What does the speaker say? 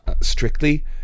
strictly